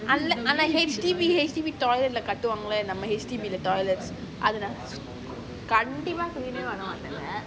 ஆனா:aana H_D_B H_D_B toilet காட்டுவாங்களா:kaatuvaangalaa H_D_B the toilet கண்டிப்பா:kandippaa clean eh பண்ண மாட்டேன்:panna maataen